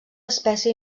espècie